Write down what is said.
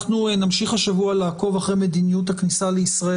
אנחנו נמשיך השבוע לעקוב אחרי מדיניות הכניסה לישראל,